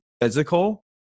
physical